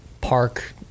park